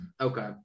Okay